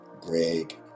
Greg